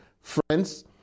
Friends